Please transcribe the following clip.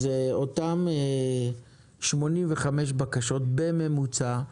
אז אותם 85 בקשות בממוצע,